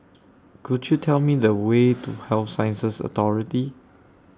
Could YOU Tell Me The Way to Health Sciences Authority